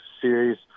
series